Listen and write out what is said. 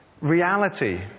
reality